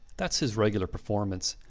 thats his regular performance.